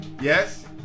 yes